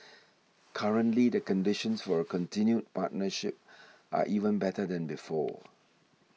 currently the conditions for a continued partnership are even better than before